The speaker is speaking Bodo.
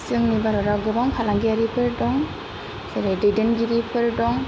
जोंनि भारताव गोबां फालांगियारिफोर दं जेरै दैदेनगिरिफोर दं